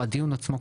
הדיון עצמו,